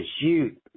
Shoot